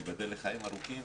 שתיבדה לחיים ארוכים,